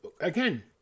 again